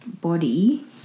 body